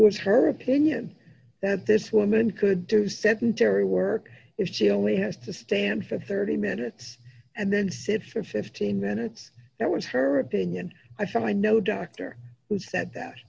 was her opinion that this woman could do sedentary work if she only has to stand for thirty minutes and then sit for fifteen minutes there was her opinion i felt i know dr who said that